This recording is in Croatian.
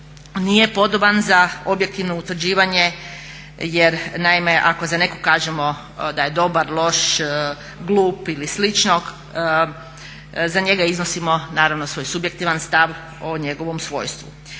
nije podoban za objektivno utvrđivanje jer naime ako za nekog kažemo da je dobar, loš, glup ili slično, za njega iznosimo naravno svoj subjektivan stav o njegovom svojstvu.